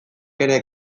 ere